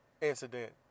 incident